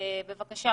נכון.